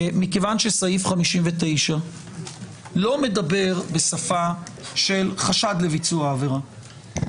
מכיוון שסעיף 59 לא מדבר בשפה של חשד לביצוע עבירה,